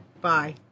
Bye